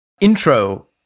intro